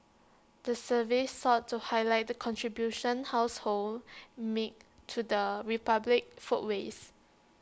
the survey sought to highlight the contribution households make to the republic's food waste